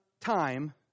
time